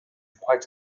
quite